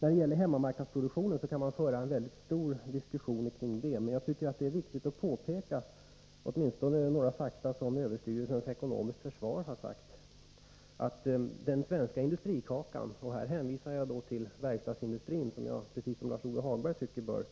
Rörande hemmamarknadsproduktionen kan man föra en mycket omfattande diskussion. Men jag tycker det är viktigt att peka åtminstone på några fakta som överstyrelsen för ekonomiskt försvar har redovisat. Överstyrelsen säger att den svenska industrikakan — och här hänvisar jag till verkstadsindustrin, som jag precis som Lars-Ove Hagberg tycker bör